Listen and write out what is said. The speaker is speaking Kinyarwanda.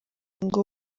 ngo